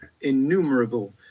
innumerable